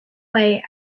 way